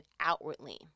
outwardly